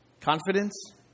Confidence